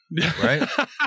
Right